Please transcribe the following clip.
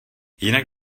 jinak